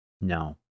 No